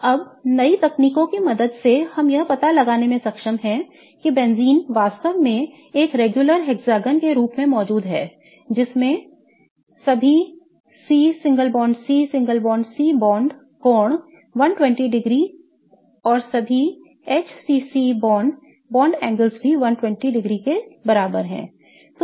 अब नई तकनीकों की मदद से हम यह पता लगाने में सक्षम हैं कि बेंजीन वास्तव में एक नियमित षट्भुज के रूप में मौजूद है जिसमें सभी C C C बॉन्ड कोण 120 डिग्री और सभी H C C बॉन्ड कोण भी 120 डिग्री के बराबर हैं